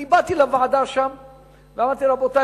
אני באתי לוועדה ואמרתי: רבותי,